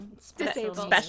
special